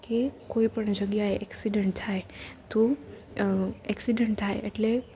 કે કોઈ પણ જગ્યાએ એક્સિડન્ટ થાય તો એક્સિડન્ટ થાય એટલે